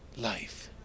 life